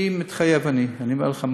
אני מתחייב, אני אומר לכם.